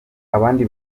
abandi